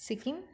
Sikkim